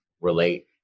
relate